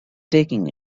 taking